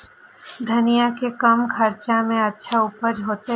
धनिया के कम खर्चा में अच्छा उपज होते?